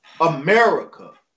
America